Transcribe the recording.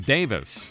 Davis